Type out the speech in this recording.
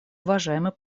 уважаемый